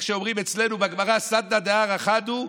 איך שאומרים אצלנו בגמרא: סדנא דארעא חד הוא,